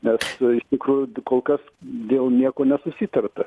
nes iš tikrųjų kol kas dėl nieko nesusitarta